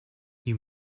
you